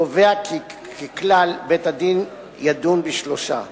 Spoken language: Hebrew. קובע כי ככלל, בית-הדין ידון בשלושה,